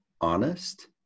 honest